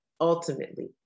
ultimately